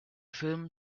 film